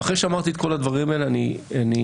אחרי שאמרתי את כל הדברים האלה אני ממליץ,